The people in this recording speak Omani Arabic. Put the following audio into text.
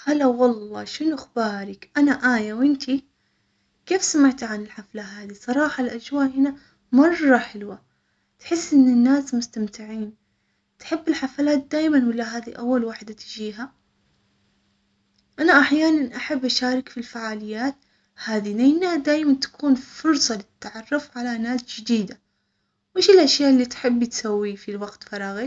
هلا والله شنو اخبارك? انا اية وانت? كيف سمعتي عن الحفلة هذي? صراحة الاجواء هنا مرة حلوة تحس ان الناس مستمتعين تحب الحفلات دايما ولا هذي اول وحدة تجيها? انا احيانا احب اشارك في الفعاليات هذه لان دايما تكون فرصة للتعرف على ناس جديدة وايش الاشياء اللي تحبي تسويها في وقت فراغك؟